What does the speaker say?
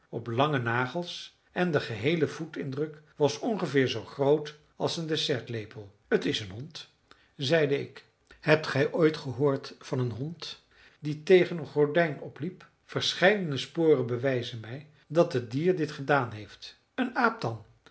op lange nagels en de geheele voetindruk was ongeveer zoo groot als een dessertlepel het is een hond zeide ik hebt gij ooit gehoord van een hond die tegen een gordijn opliep verscheiden sporen bewijzen mij dat het dier dit gedaan heeft een